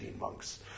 monks